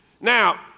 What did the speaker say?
Now